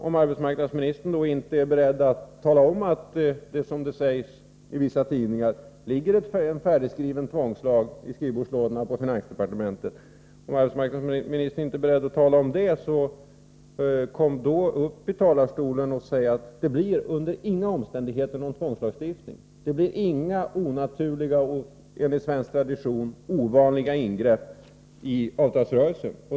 Om arbetsmarknadsministern inte är beredd att tala om att det, som det sägs i vissa tidningar, ligger ett färdigskrivet förslag om tvångslag i skrivbordslådorna på finansdepartementet, kom då upp i talarstolen och säg: Det blir under inga omständigheter fråga om någon tvångslagstiftning. Det blir inga onaturliga och enligt svensk tradition ovanliga ingrepp i avtalsrörelsen.